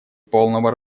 полного